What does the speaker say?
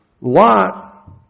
Lot